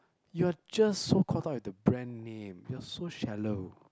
you are just so caught up with the brand name you are so shallow